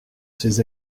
ses